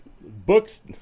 books